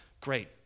great